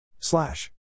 slash